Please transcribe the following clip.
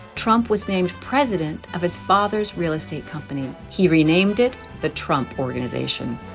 trump was named president of his father's real estate company. he renamed it the trump organization.